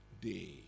day